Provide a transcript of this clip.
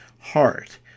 heart